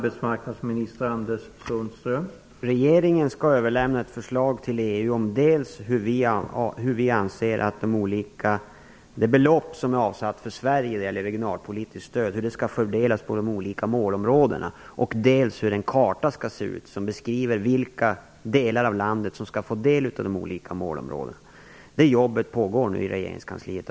Herr talman! Regeringen skall överlämna ett förslag till EU dels om hur vi anser att det belopp som är avsatt för Sverige och regionalpolitiskt stöd skall fördelas på de olika målområdena, dels hur den karta skall se ut som beskriver vilka delar av landet som skall få del av de olika målområdena. Det jobbet pågår nu i regeringskansliet.